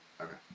Okay